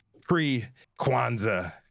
pre-Kwanzaa